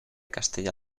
castella